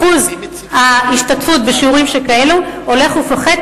אחוז ההשתתפות בשיעורים שכאלו הולך ופוחת,